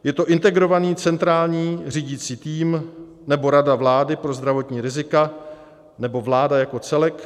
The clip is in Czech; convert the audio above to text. Je to Integrovaný centrální řídící tým, nebo Rada vlády pro zdravotní rizika, nebo vláda jako celek?